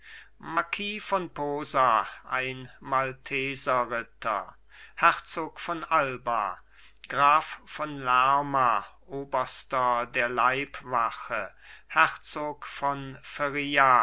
marquis von posa ein malteserritter herzog von alba graf von lerma oberster der leibwache herzog von